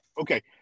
Okay